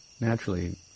naturally